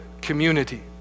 community